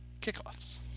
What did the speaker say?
kickoffs